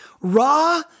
raw